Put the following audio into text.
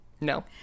No